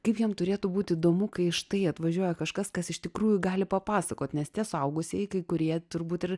kaip jiem turėtų būt įdomu kai štai atvažiuoja kažkas kas iš tikrųjų gali papasakot nes tie suaugusieji kai kurie turbūt ir